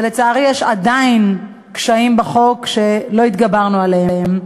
ולצערי יש עדיין קשיים בחוק שלא התגברנו עליהם,